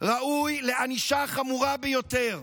ראויים לענישה חמורה ביותר.